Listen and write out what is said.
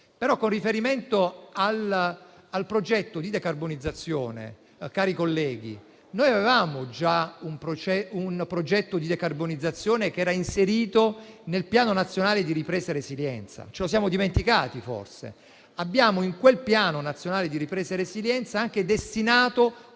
Però, con riferimento al progetto di decarbonizzazione, cari colleghi, noi avevamo già un progetto di decarbonizzazione che era inserito nel Piano nazionale di ripresa e resilienza. Ce lo siamo dimenticati forse. In quel Piano abbiamo anche destinato